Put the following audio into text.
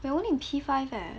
we're only in P five eh